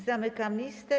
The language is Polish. Zamykam listę.